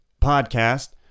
podcast